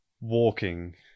walking